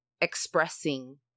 expressing